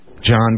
john